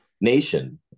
nation